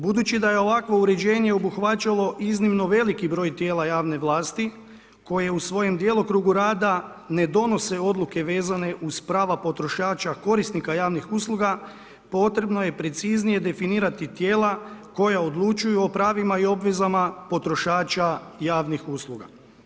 Budući da je ovakvo uređenje obuhvaćalo iznimno veliki broj tijela javne vlasti koje u svome djelokrugu rada ne donose odluke vezane uz prava potrošača korisnika javnih usluga, potrebno je preciznije definirati tijela koja odlučuju o pravima i obvezama potrošača javnih usluga.